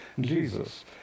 Jesus